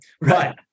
Right